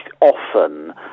often